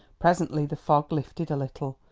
presently the fog lifted a little,